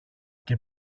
και